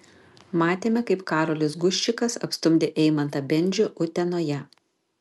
matėme kaip karolis guščikas apstumdė eimantą bendžių utenoje